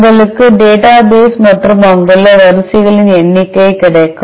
உங்களுக்கு டேட்டாபேஸ் மற்றும் அங்குள்ள வரிசைகளின் எண்ணிக்கை கிடைக்கும்